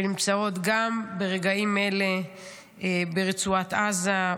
שנמצאות גם ברגעים אלה ברצועת עזה,